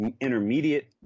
intermediate